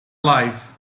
life